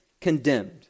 condemned